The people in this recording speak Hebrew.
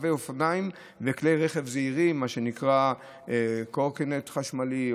רוכבי האופניים וכלי רכב זעירים כמו קורקינט חשמלי,